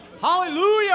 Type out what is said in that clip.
hallelujah